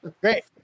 Great